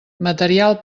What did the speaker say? material